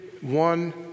one